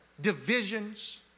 divisions